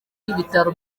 ibitaro